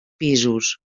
pisos